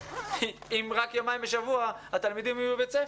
אם רק יומיים בשבוע התלמידים יהיו בבית הספר.